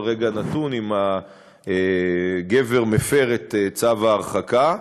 רגע נתון אם הגבר מפר את צו ההרחקה,